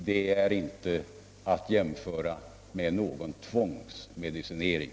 Detta kan inte sägas vara en tvångsmedicinering.